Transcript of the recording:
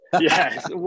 Yes